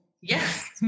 Yes